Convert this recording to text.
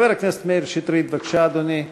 חבר הכנסת מאיר שטרית, בבקשה, אדוני.